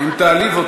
אם תעליב אותה.